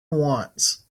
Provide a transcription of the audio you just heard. wants